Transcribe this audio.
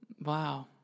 Wow